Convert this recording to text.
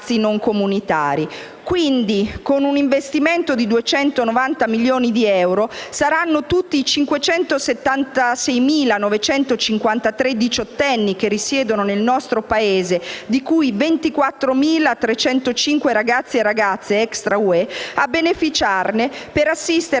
Quindi, con un investimento di 290 milioni di euro saranno tutti i 576.953 diciottenni che risiedono nel nostro Paese, di cui 24.305 ragazzi e ragazze extra UE, a beneficiarne per assistere a rappresentazioni